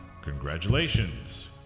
Congratulations